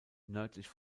nördlich